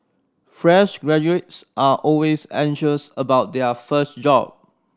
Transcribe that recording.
fresh graduates are always anxious about their first job